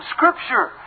Scripture